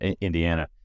Indiana